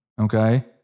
okay